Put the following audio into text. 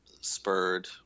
spurred